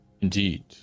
indeed